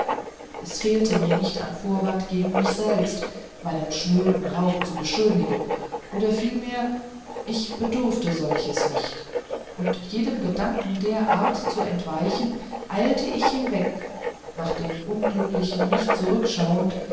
es fehlte mir nicht an vorwand gegen mich selber meinen schnöden raub zu beschönigen oder vielmehr ich bedurfte solches nicht und jedem gedanken der art zu entweichen eilte ich hinweg nach dem unglücklichen nicht